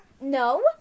No